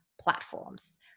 platforms